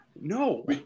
No